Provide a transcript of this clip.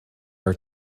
are